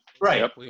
Right